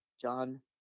John